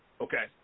okay